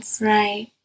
right